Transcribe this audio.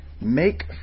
make